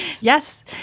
Yes